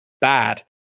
bad